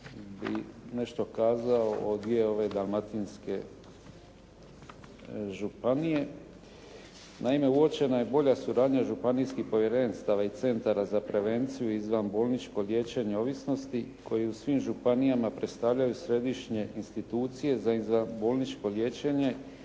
bi nešto kazao o dvije ove dalmatinske županije. Naime uočena je bolja suradnja županijskih povjerenstava i centara za prevenciju izvanbolničko liječenje ovisnosti koji u svim županija predstavljaju središnje institucije za izvanbolničko liječenje